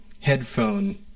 headphone